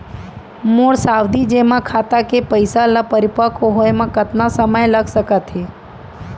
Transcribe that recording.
मोर सावधि जेमा खाता के पइसा ल परिपक्व होये म कतना समय लग सकत हे?